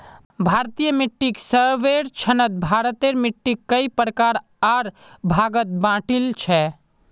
भारतीय मिट्टीक सर्वेक्षणत भारतेर मिट्टिक कई प्रकार आर भागत बांटील छे